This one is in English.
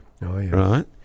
right